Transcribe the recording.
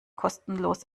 kostenlos